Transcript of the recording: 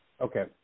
Okay